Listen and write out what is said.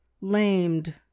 lamed